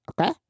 Okay